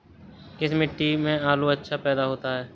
किस मिट्टी में आलू अच्छा पैदा होता है?